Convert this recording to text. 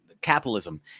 capitalism